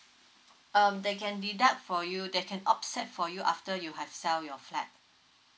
um they can deduct for you they can offset for you after you have sell your flat